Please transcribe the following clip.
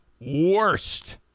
worst